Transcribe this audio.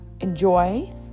enjoy